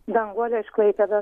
danguolė iš klaipėdos